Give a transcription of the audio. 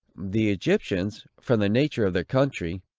the egyptians, from the nature of their country,